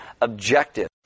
objective